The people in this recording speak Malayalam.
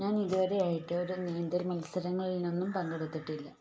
ഞാൻ ഇതുവരെ ആയിട്ടും ഒരു നീന്തൽ മത്സരങ്ങളിൽ ഒന്നും പങ്കെടുത്തിട്ടില്ല